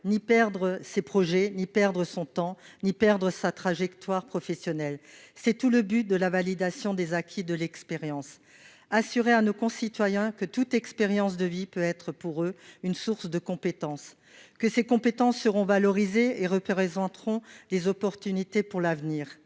perdre ses projets, ni perdre son temps, ni perdre sa trajectoire professionnelle. C'est tout l'objet de la validation des acquis de l'expérience : assurer à nos concitoyens que toute expérience de vie peut être pour eux une source de compétences, que ces compétences seront valorisées et constitueront une chance pour l'avenir.